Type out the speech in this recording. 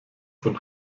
von